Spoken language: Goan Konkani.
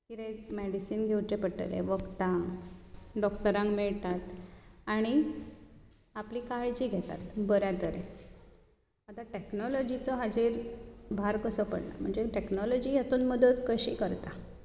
कितें मेडिसिन्स घेवचे पडटले वखदां डॉक्टरांक मेळटात आनी आपली काळजी घेतात बऱ्या तरेन आतां टॅक्नोलोजीचो हाचेर भार कसो पडटा म्हणजें टॅक्नोलोजी हातूंत मदत कशी करता